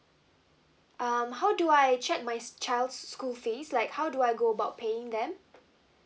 um how do I check my s~ child's school fees like how do I go about paying them